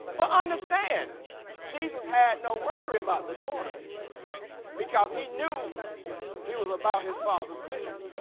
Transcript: well understand jesus had no worry about the daughter because he knew he was about his father's business